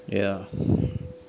yeah